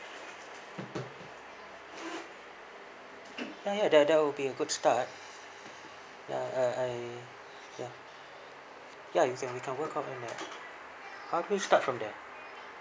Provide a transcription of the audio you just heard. ya ya that that would be a good start ya uh I ya ya we can we can work out on that help me start from there